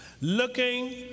looking